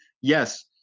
yes